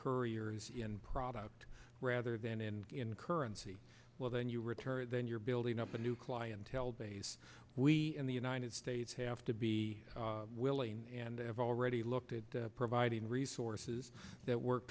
couriers in product rather than and in currency well then you return then you're building up a new clientele base we in the united states have to be willing and i've already looked at providing resources that work